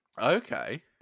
okay